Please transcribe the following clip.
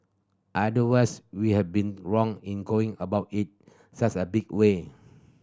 otherwise we have been wrong in going about it such a big way